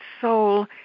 soul